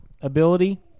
ability